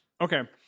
okay